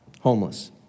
homeless